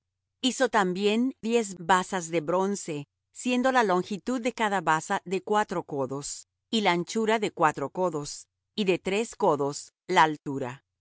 hizo también diez basas de bronce siendo la longitud de cada basa de cuatro codos y la anchura de cuatro codos y de tres codos la altura la obra de